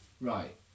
Right